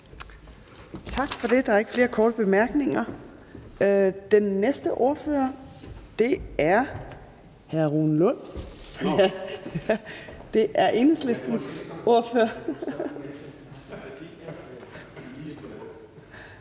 Tak for det. Der er ikke flere korte bemærkninger. Den næste ordfører er hr. Rune Lund fra Enhedslisten. Kl.